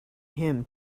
him